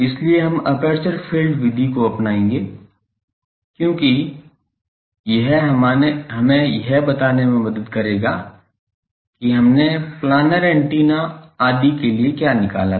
इसलिए हम aperture field विधि को अपनाएंगे क्योंकि यह हमें यह बताने में मदद करेगा कि हमनें प्लानेर एंटेना आदि के लिए क्या निकला था